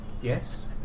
Yes